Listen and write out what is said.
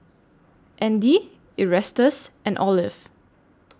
Andy Erastus and Olive